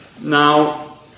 now